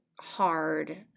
hard